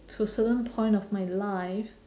to certain point of my life